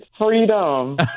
freedom